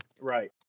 Right